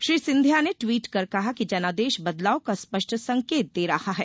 श्री सिंधिया ने ट्वीट कर कहा कि जनादेश बदलाव का स्पष्ट संकेत दे रहा है